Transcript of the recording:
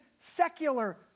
secular